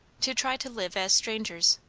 to try to live as strangers.